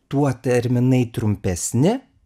tuo terminai trumpesni